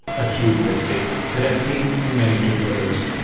a huge mistake that i have seen in many tutorials.